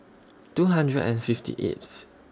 two hundred and fifty eighth